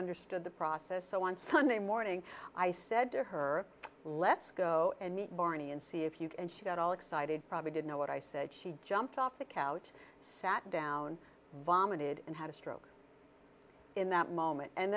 understood the process so on sunday morning i said to her let's go and meet barney and see if you can and she got all excited probably didn't know what i said she jumped off the couch sat down vomited and had a stroke in that moment and